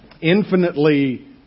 infinitely